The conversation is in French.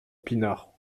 pinard